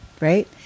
right